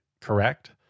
Correct